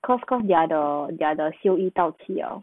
cause cause their the their the 修已到期了